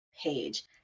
page